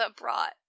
brought